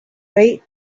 rey